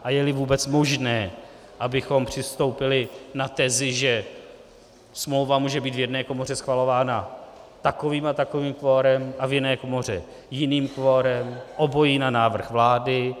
A jeli vůbec možné, abychom přistoupili na tezi, že smlouva může být v jedné komoře schvalována takovým a takovým kvorem a v jiné komoře jiným kvorem, obojí na návrh vlády.